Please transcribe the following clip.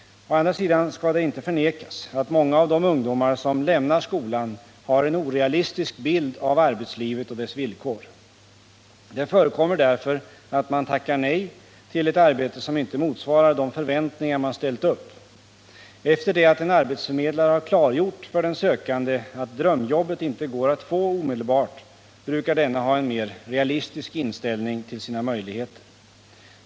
Å andra sidan skall det inte förnekas att många av de ungdomar som lämnar skolan har en orealistisk bild av arbetslivet och dess villkor. Det förekommer därför att man tackar nej till ett arbete som inte motsvarar de förväntningar man ställt upp. Efter det att en arbetsförmedlare har klargjort för den sökande att drömjobbet inte går att få omedelbart brukar denne ha en mer realistisk inställning till sina möjligheter.